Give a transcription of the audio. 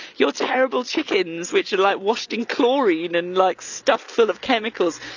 your terrible chickens, which are like washed in chlorine and like stuffed full of chemicals.